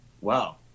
Wow